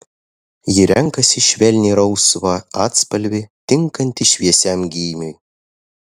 ji renkasi švelniai rausvą atspalvį tinkantį šviesiam gymiui